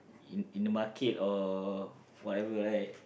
in in the market or whatever right